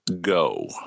go